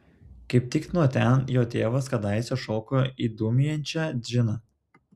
kaip tik nuo ten jo tėvas kadaise šoko į dūmijančią džiną